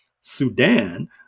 Sudan